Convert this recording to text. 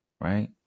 Right